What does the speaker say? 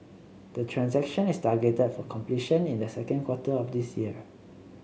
the transaction is targeted for completion in the second quarter of this year